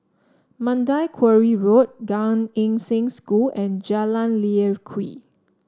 Mandai Quarry Road Gan Eng Seng School and Jalan Lye Kwee